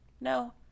no